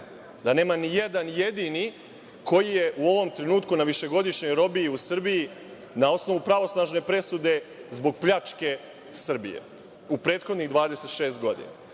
da nema ni jedan jedini koji je u ovom trenutku na višegodišnjoj robiji u Srbiji na osnovu pravosnažne presude zbog pljačke Srbije u prethodnih 26 godina,